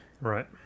Right